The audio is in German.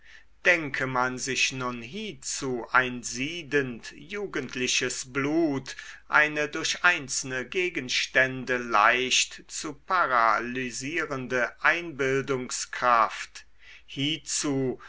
denke man sich nun hiezu ein siedend jugendliches blut eine durch einzelne gegenstände leicht zu paralysierende einbildungskraft hiezu